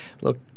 look